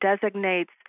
designates